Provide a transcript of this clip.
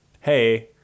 hey